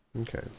Okay